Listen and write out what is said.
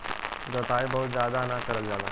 जोताई बहुत जादा ना करल जाला